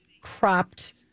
cropped